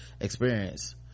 experience